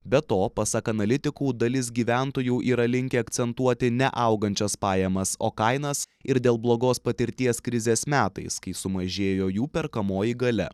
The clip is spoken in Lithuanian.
be to pasak analitikų dalis gyventojų yra linkę akcentuoti ne augančias pajamas o kainas ir dėl blogos patirties krizės metais kai sumažėjo jų perkamoji galia